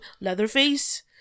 Leatherface